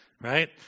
right